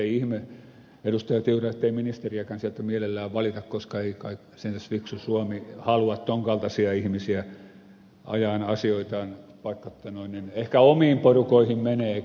tiura ole ihme ettei ministeriäkään sieltä mielellään valita koska ei kai sentäs fiksu suomi halua tuon kaltaisia ihmisiä ajamaan asioitaan vaikka ehkä omiin porukoihin meneekin